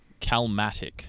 Calmatic